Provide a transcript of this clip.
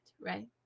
right